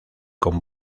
con